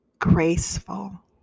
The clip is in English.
graceful